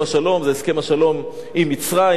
שלום מבחינתי זה הסכם השלום עם מצרים,